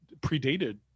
predated